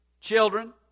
Children